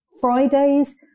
Fridays